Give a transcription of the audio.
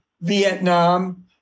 Vietnam